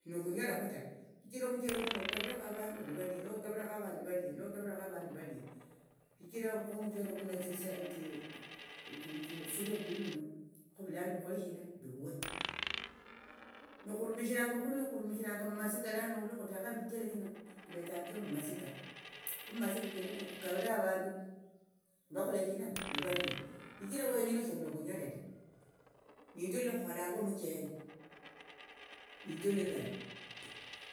shino kunyalekhu shichira omuchele kuno okavirekho avandu nivalia nokavirakho avandu nivalia shichira khomuchele kuno etsisa evifulia viviri vino khovulano vikhole shina viwe nokhurumishiranga khurio khurumishiranga mumasika lano lokhutekha imichele chino chivetsa chomumasika khukavire avandu nivalia shichira wenyene shinokunyale ta nindio lwokhukolanga omuchele nindio lukali.